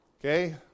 Okay